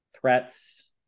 threats